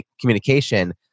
communication